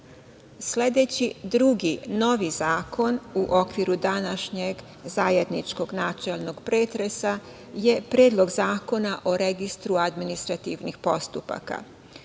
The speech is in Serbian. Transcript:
podršku. Sledeći novi zakon u okviru današnjeg zajedničkog načelnog pretresa je Predlog zakona o registru administrativnih postupaka.